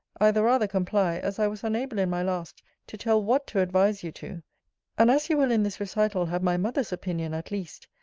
i the rather comply, as i was unable in my last to tell what to advise you to and as you will in this recital have my mother's opinion at least,